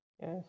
Yes